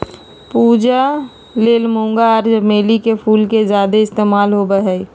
पूजा ले मूंगा आर चमेली के फूल के ज्यादे इस्तमाल होबय हय